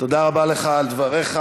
תודה רבה לך על דבריך.